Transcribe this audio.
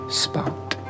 spot